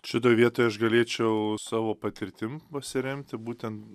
šitoj vietoj aš galėčiau savo patirtim pasiremti būten